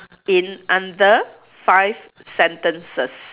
in under five sentences